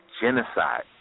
genocide